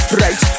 right